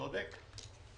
צודק.